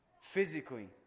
Physically